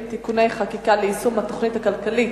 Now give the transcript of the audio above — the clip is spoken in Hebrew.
(תיקוני חקיקה ליישום התוכנית הכלכלית